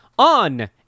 On